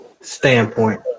standpoint